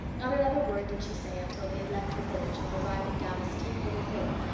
not another word did she say until they had left the village and were driving down a steep little hill,